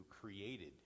created